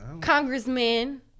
Congressman